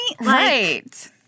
Right